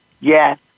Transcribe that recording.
yes